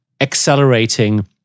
accelerating